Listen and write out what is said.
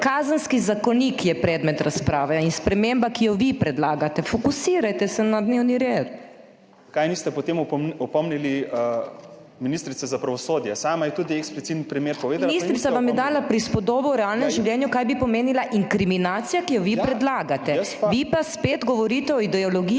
Zakaj niste potem opomnili ministrice za pravosodje? Sama je tudi ekspliciten primer povedala, pa je niste opomnili … **PODPREDSEDNICA MAG. MEIRA HOT:** Ministrica vam je dala prispodobo v realnem življenju, kaj bi pomenila inkriminacija, ki jo vi predlagate. Vi pa spet govorite o ideologiji,